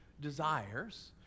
desires